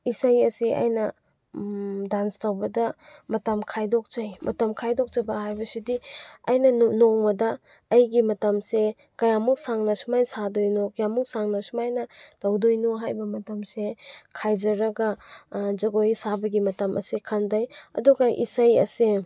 ꯏꯁꯩ ꯑꯁꯦ ꯑꯩꯅ ꯗꯥꯟꯁ ꯇꯧꯕꯗ ꯃꯇꯝ ꯈꯥꯏꯗꯣꯛꯆꯩ ꯃꯇꯝ ꯈꯥꯏꯗꯣꯛꯆꯕ ꯍꯥꯏꯕꯁꯤꯗꯤ ꯑꯩꯅ ꯅꯣꯡꯃꯗ ꯑꯩꯒꯤ ꯃꯇꯝꯁꯦ ꯀꯌꯥꯝꯃꯨꯛ ꯁꯥꯡꯅ ꯁꯨꯃꯥꯏꯅ ꯁꯥꯗꯣꯏꯅꯣ ꯀꯌꯥꯝꯃꯨꯛ ꯁꯥꯡꯅ ꯁꯨꯃꯥꯏꯅ ꯇꯧꯗꯣꯏꯅꯣ ꯍꯥꯏꯕ ꯃꯇꯝꯁꯦ ꯈꯥꯏꯖꯔꯒ ꯖꯒꯣꯏ ꯁꯥꯕꯒꯤ ꯃꯇꯝ ꯑꯁꯦ ꯈꯟꯖꯩ ꯑꯗꯨꯒ ꯏꯁꯩ ꯑꯁꯦ